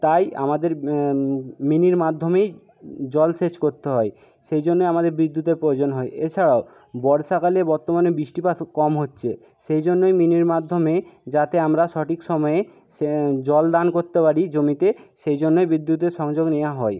তাই আমাদের মিনির মাধ্যমেই জলসেচ করতে হয় সেই জন্যে আমাদের বিদ্যুতের প্রয়োজন হয় এছাড়াও বর্ষাকালে বর্তমানে বৃষ্টিপাত কম হচ্ছে সেই জন্যই মিনির মাধ্যমে যাতে আমরা সঠিক সময়ে সে জল দান করতে পারি জমিতে সেই জন্যই বিদ্যুতের সংযোগ নেওয়া হয়